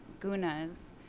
gunas